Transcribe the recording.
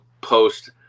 post